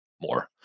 more